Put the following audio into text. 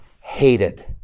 hated